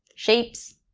shapes,